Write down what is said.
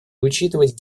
учитывать